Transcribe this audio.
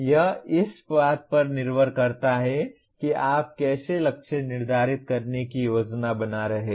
यह इस बात पर निर्भर करता है कि आप कैसे लक्ष्य निर्धारित करने की योजना बना रहे हैं